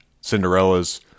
Cinderella's